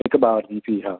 हिक ॿार जी फ़ीस आहे